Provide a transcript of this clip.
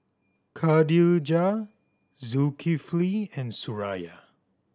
Khadija Zulkifli and Suraya